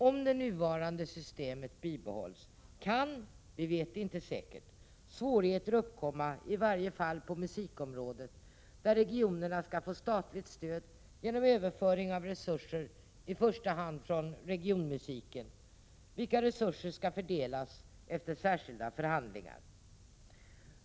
Om det nuvarande systemet bibehålls, kan — vi vet inte säkert — svårigheter uppkomma i varje fall på musikområdet, där regionerna skall få statligt stöd genom överföring av resurser i första hand från regionmusiken. Dessa resurser skall fördelas efter särskilda förhandlingar.